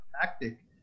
tactic